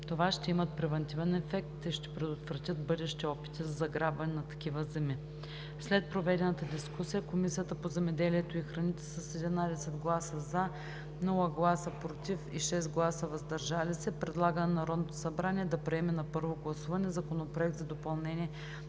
това ще имат превантивен ефект и ще предотвратят бъдещи опити за заграбване на такива земи. След проведената дискусия Комисията по земеделието и храните с 11 гласа „за“, без „против“ и 6 гласа „въздържали се“ предлага на Народното събрание да приеме на първо гласуване Законопроект за допълнение на